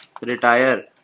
retire